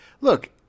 look